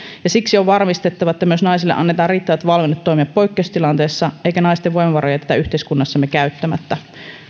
ja siksi on varmistettava että myös naisille annetaan riittävät valmiudet toimia poikkeustilanteessa eikä naisten voimavaroja jätetä yhteiskunnassamme käyttämättä